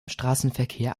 straßenverkehr